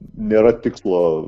nėra tikslo